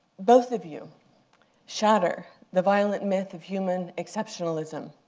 both of you shatter the violent myth of human exceptionalism,